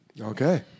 Okay